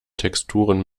texturen